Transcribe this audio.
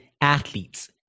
athletes